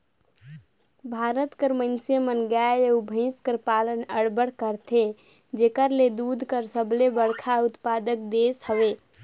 भारत कर मइनसे मन गाय अउ भंइस कर पालन अब्बड़ करथे जेकर ले दूद कर सबले बड़खा उत्पादक देस हवे